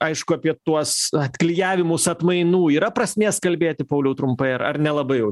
aišku apie tuos atklijavimus atmainų yra prasmės kalbėti pauliau trumpai ar ar nelabai jau